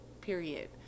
Period